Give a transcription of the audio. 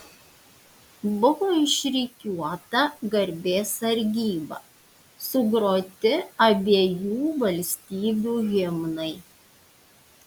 buvo išrikiuota garbės sargyba sugroti abiejų valstybių himnai